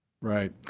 Right